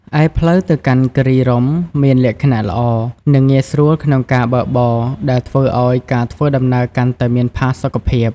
ឯផ្លូវទៅកាន់គិរីរម្យមានលក្ខណៈល្អ និងងាយស្រួលក្នុងការបើកបរ ដែលធ្វើឲ្យការធ្វើដំណើរកាន់តែមានផាសុកភាព។